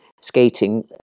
skating